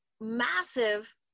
massive